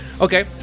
Okay